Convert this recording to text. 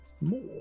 more